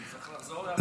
אני צריך לחזור להגיב?